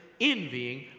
envying